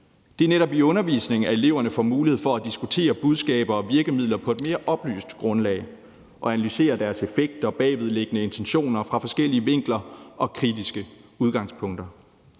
Det er netop i undervisningen, at eleverne får mulighed for at diskutere budskaber og virkemidler på et mere oplyst grundlag og analysere deres effekter og bagvedliggende intentioner fra forskellige vinkler og kritiske udgangspunkter.